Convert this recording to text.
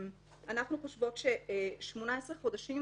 אנחנו חושבות ש-18 חודשים